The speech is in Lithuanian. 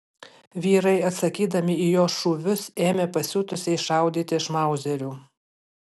vyrai atsakydami į jo šūvius ėmė pasiutusiai šaudyti iš mauzerių